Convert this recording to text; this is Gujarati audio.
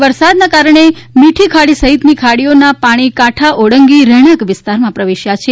ભારે વરસાદના કારણે મીઠી ખાડી સહિતની ખાડીઓના પાણી કાંઠા ઓળંગી રહેણાંક વિસ્તારમાં પ્રવેશ્યા છે